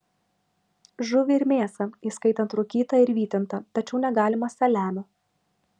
žuvį ir mėsą įskaitant rūkytą ir vytintą tačiau negalima saliamio